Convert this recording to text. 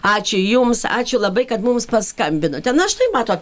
ačiū jums ačiū labai kad mums paskambinote na štai matot